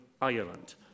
Ireland